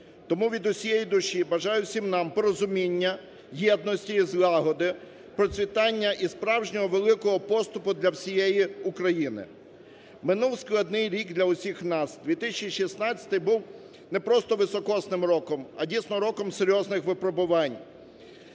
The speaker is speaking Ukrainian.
Тому від усієї душі бажаю всім нам порозуміння, єдності і злагоди, процвітання і справжнього великого поступу для всієї України. Минув складний рік для усіх нас. 2016 був не просто високосним роком, а, дійсно, роком серйозних випробувань.